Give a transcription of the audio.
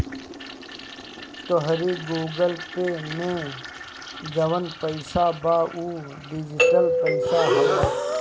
तोहरी Google Pay में जवन पईसा बा उ डिजिटल पईसा हवे